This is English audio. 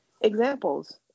examples